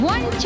One